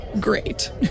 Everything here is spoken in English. great